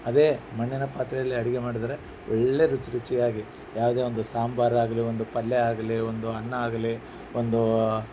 ಅದೇ ಮಣ್ಣಿನ ಪಾತ್ರೆಯಲ್ಲಿ ಅಡುಗೆ ಮಾಡಿದ್ರೆ ಒಳ್ಳೆಯ ರುಚಿ ರುಚಿಯಾಗಿ ಯಾವುದೇ ಒಂದು ಸಾಂಬಾರಾಗಲಿ ಒಂದು ಪಲ್ಯ ಆಗಲಿ ಒಂದು ಅನ್ನ ಆಗಲಿ ಒಂದು